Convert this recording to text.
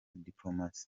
dipolomasi